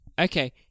okay